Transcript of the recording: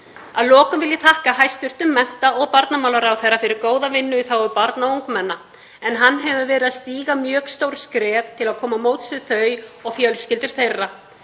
Að lokum vil ég þakka hæstv. mennta- og barnamálaráðherra fyrir góða vinnu í þágu barna og ungmenna en hann hefur verið að stíga mjög stór skref til að koma á móts við þau og fjölskyldur þeirra.